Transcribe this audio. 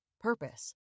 purpose